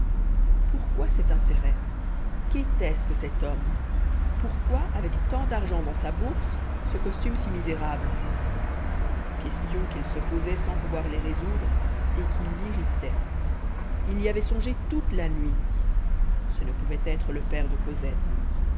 pourquoi cet intérêt qu'était-ce que cet homme pourquoi avec tant d'argent dans sa bourse ce costume si misérable questions qu'il se posait sans pouvoir les résoudre et qui l'irritaient il y avait songé toute la nuit ce ne pouvait être le père de cosette